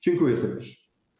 Dziękuję serdecznie.